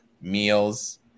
meals